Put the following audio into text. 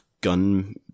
gun